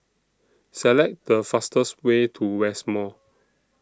Select The fastest Way to West Mall